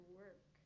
work